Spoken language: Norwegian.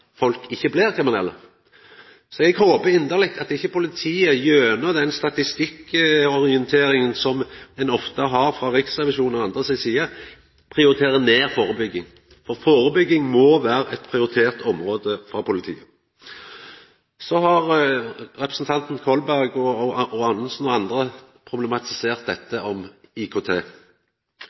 ikkje politiet på grunn av den statistikkorienteringa som ein ofte har frå Riksrevisjonen og andre si side, prioriterer ned førebygging. Førebygging må vera eit prioritert område for politiet. Representantane Kolberg, Anundsen og andre har problematisert dette med IKT.